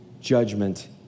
Judgment